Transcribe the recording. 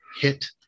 hit